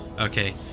Okay